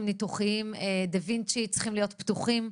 ניתוחיים דה וינצ’י צריכים להיות פתוחים,